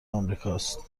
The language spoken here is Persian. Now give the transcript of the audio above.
امریکاست